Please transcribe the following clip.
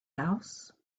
house